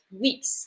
weeks